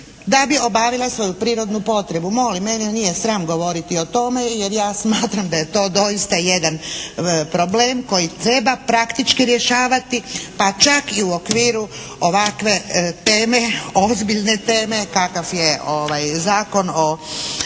da bi obavila svoju prirodnu potrebu. Molim, mene nije sram govoriti o tome jer smatram da je to doista jedan problem koji treba praktički rješavati pa čak i u okviru ovakve teme, ozbiljne teme kakav je Zakon o